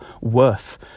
worth